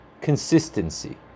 consistency